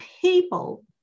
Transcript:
people